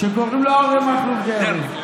שקוראים לו אריה מכלוף דרעי.